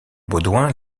baudouin